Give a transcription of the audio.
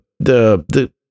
The-the-